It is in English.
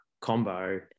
combo